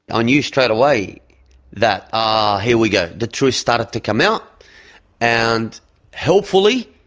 ah knew straightaway that, ah, here we go. the truth started to come out and hopefully,